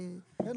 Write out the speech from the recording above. כן,